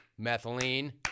Methylene